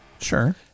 Sure